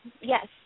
Yes